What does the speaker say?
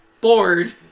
bored